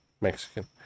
Mexican